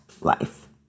life